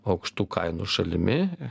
aukštų kainų šalimi